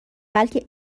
بلکه